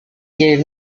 gave